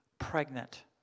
pregnant